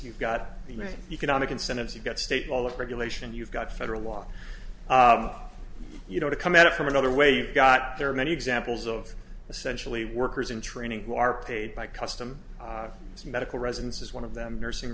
right economic incentives you've got state all of regulation you've got federal law you know to come at it from another way you've got there are many examples of essentially workers in training who are paid by custom as medical residents is one of them nursing